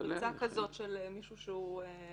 אני חושב שההצעה שהיושב-ראש